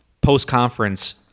post-conference